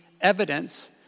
evidence